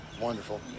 Wonderful